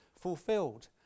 fulfilled